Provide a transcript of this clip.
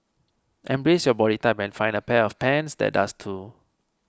embrace your body type and find a pair of pants that does too